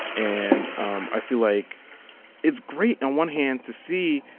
and um i feel like it's great on one hand to see,